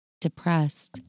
depressed